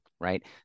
right